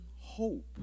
hope